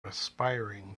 aspiring